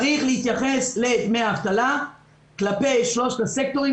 צריך להתייחס אל דמי האבטלה כלפי שלושת הסקטורים